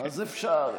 אז אפשר,